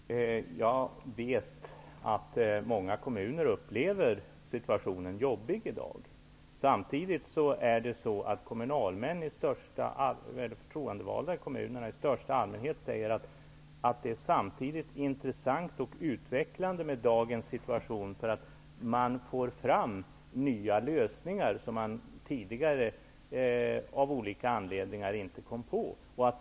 Herr talman! Jag vet att många kommuner upplever situationen som jobbig i dag, men förtroendevalda i kommunerna säger allmänt att dagens situation samtidigt är intressant och utvecklande. Man får fram nya lösningar som man tidigare av olika anledningar inte kom på.